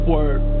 Word